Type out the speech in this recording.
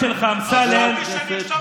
הסגנון שלך, אמסלם, חשבתי שנרשמת כבר לישיבה.